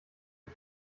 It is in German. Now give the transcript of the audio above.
die